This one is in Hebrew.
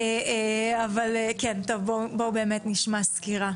אז בואו באמת נשמע סקירה.